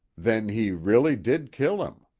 then he really did kill him.